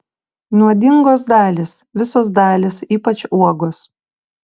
nuodingos dalys visos dalys ypač uogos